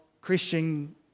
Christian